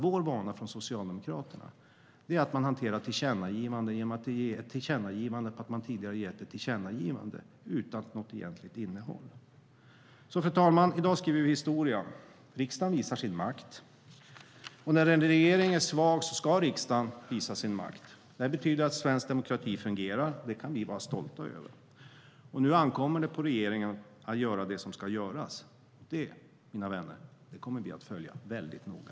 Vår vana från Socialdemokraterna är nämligen att man hanterar tillkännagivanden genom att ge ett tillkännagivande om att man tidigare har gett ett tillkännagivande - utan något egentligt innehåll. Fru talman! I dag skriver vi historia. Riksdagen visar sin makt. När en regering är svag ska riksdagen visa sin makt. Det betyder att svensk demokrati fungerar, och det kan vi vara stolta över. Nu ankommer det på regeringen att göra det som ska göras. Det, mina vänner, kommer vi att följa väldigt noga.